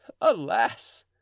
Alas